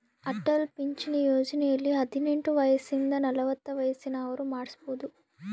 ಅಟಲ್ ಪಿಂಚಣಿ ಯೋಜನೆಯಲ್ಲಿ ಹದಿನೆಂಟು ವಯಸಿಂದ ನಲವತ್ತ ವಯಸ್ಸಿನ ಅವ್ರು ಮಾಡ್ಸಬೊದು